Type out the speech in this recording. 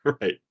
Right